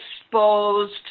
exposed